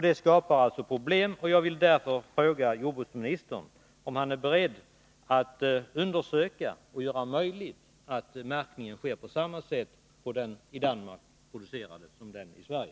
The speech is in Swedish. Det skapar alltså problem, och jag vill därför fråga jordbruksministern om han är beredd att undersöka möjligheterna av att märkningen av fiskprodukter sker på samma sätt för den fisk som bereds i Danmark som för den som bereds i Sverige.